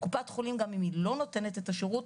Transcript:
לעומת קופת חולים שגם אם היא לא נותנת את השירות,